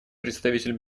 представитель